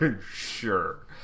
Sure